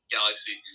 Galaxy